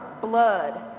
blood